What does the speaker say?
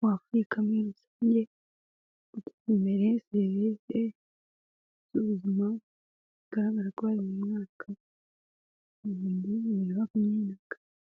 wa Afurika muri rusange, guteza imbere serivisi z'ubuzima bwabarwayi, mu mwaka wa bibiri na makumyabiri na kabiri.